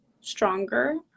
stronger